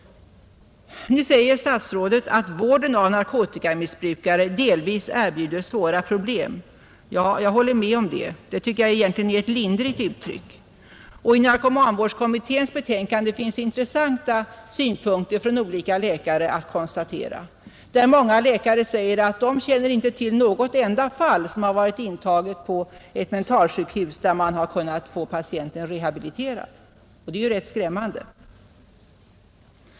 Nu säger statsrådet att vården av narkotikamissbrukare delvis erbjuder svåra problem. Det tycker jag egentligen är ett lindrigt uttryck. I narkomanvårdskommitténs betänkande finns intressanta synpunkter från olika läkare som konstaterar att de inte känner till något enda fall som har varit intaget på ett mentalsjukhus där man har kunnat få patienten rehabiliterad. Det är ju rätt skrämmande.